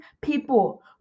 people